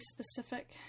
specific